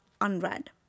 unread